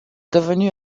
devenue